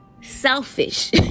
selfish